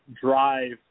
drive